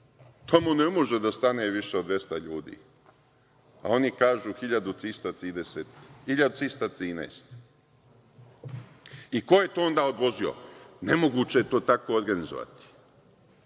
Tamo ne može da stane više od 200 ljudi, a oni kažu 1.313. Ko je to onda odložio? Nemoguće je to tako organizovati.